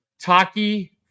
Taki